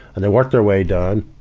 and they worked their way down.